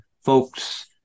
folks